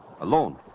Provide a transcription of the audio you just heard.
Alone